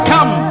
Come